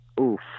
Oof